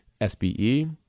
SBE